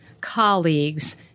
colleagues